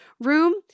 room